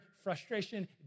Frustration